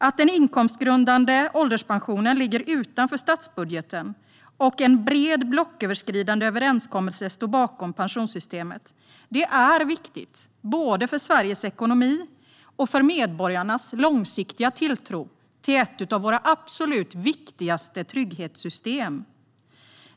Att den inkomstgrundande ålderspensionen ligger utanför statsbudgeten och att en bred blocköverskridande överenskommelse står bakom pensionssystemet är viktigt, både för Sveriges ekonomi och för medborgarnas långsiktiga tilltro till ett av våra absolut viktigaste trygghetssystem.